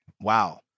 Wow